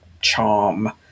charm